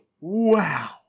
Wow